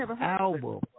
album